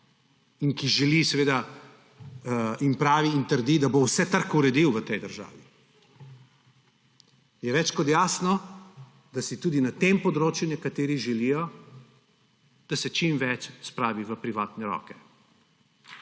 in ki želi in pravi in trdi, da bo vse trg uredil v tej državi, je več kot jasno, da si tudi na tem področju nekateri želijo, da se čim več spravi v privatne roke.